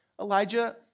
Elijah